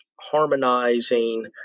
harmonizing